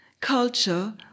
culture